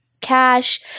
cash